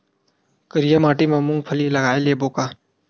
करिया माटी मा मूंग फल्ली लगय लेबों का?